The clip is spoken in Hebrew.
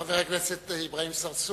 חבר הכנסת אברהים צרצור,